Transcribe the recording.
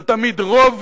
זה תמיד רוב,